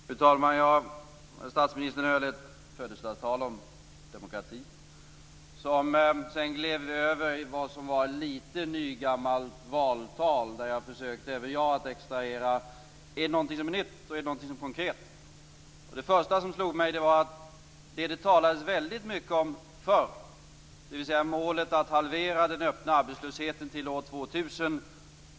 Fru talman! Statsministern höll ett födelsedagstal om demokrati. Sedan gled vi över i vad som var lite nygammalt valtal där även jag försökte att extrahera om det var någonting som var nytt och konkret. Det första som slog mig var att det talades väldigt mycket om förr, dvs. målet att halvera den öppna arbetslösheten till år 2000.